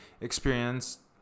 experience